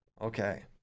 Okay